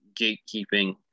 gatekeeping